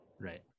right